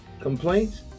complaints